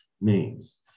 names